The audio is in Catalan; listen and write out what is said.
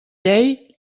llei